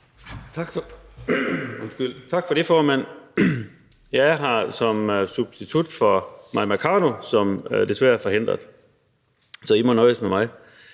Tak for det, formand. Jeg er her som substitut for Mai Mercado, som desværre er forhindret, så I må nøjes med mig.